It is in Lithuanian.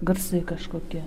garsai kažkokie